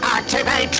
Activate